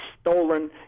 stolen